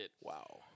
Wow